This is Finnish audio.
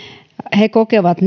he kokevat